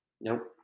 Nope